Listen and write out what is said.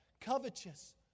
covetous